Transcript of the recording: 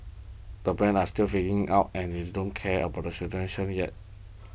the brands are still figuring out and is don't care about the solution yet